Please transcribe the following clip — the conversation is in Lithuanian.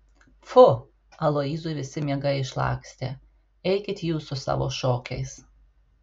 pfu aloyzui visi miegai išlakstė eikit jūs su savo šokiais